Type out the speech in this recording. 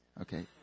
Okay